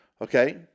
okay